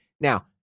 Now